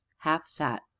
half sat,